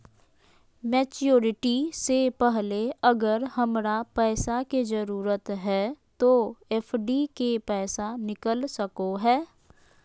Maturity से पहले अगर हमरा पैसा के जरूरत है तो एफडी के पैसा निकल सको है?